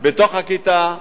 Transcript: בתוך הכיתה,